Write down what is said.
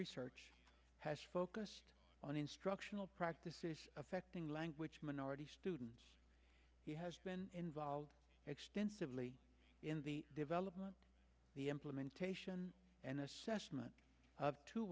research has focused on instructional practices affecting language minority students he has been involved extensively in the development the implementation and